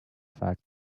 fact